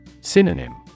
Synonym